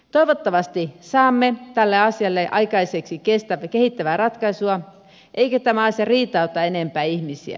toivottavasti saamme tälle asialle aikaiseksi kehittävän ratkaisun eikä tämä asia riitauta enempää ihmisiä